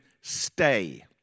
stay